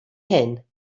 hyn